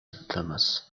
thomas